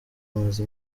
amaze